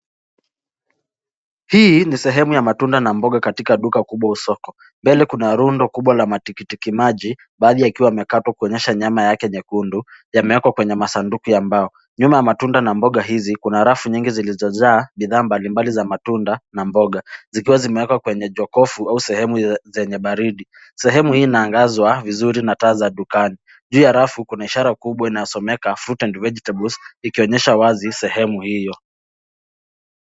Hii ni sehemu ya matunda na mboga katika duka kubwa au sokoni, mbele kuna rundo kubwa la matikitimaji, baadhi yake yamekatwa kuonyesha nyama nyekundu yamewekwa kwenye masanduku ya mbao. Nyuma ya matunda na mboga hizi, kuna rafu nyingi zilizojaa bidhaa mbalimbali za matunda na mboga, zikiwa zimewekwa kwenye jokofu au sehemu zenye baridi. Sehemu hii imeangazwa vizuri na taa za dukani. Juu ya rafu kuna ishara kubwa inayosomeka (Fruit and Vegetables) ikionyesha wazi sehemu hiyo.